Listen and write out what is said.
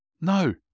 No